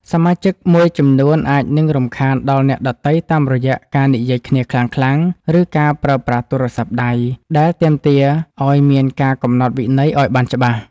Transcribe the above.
សមាជិកមួយចំនួនអាចនឹងរំខានដល់អ្នកដទៃតាមរយៈការនិយាយគ្នាខ្លាំងៗ ឬការប្រើប្រាស់ទូរស័ព្ទដៃ ដែលទាមទារឱ្យមានការកំណត់វិន័យឱ្យបានច្បាស់។